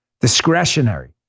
discretionary